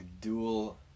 dual